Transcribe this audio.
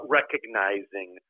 recognizing